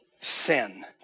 sin